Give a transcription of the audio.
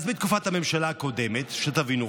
אז בתקופת הממשלה הקודמת, רק שתבינו,